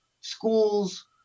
schools